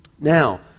Now